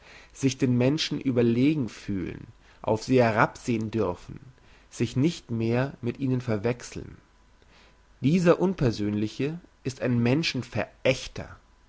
sich den menschen überlegen fühlen auf sie herabsehn dürfen sich nicht mehr mit ihnen verwechseln dieser unpersönliche ist ein